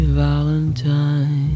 valentine